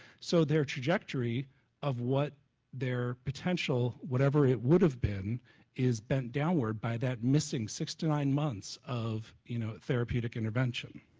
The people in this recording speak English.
so their trajectory of what their potential, whatever it would have been is bent downward by that missing six nine months of you know therapeutic intervention.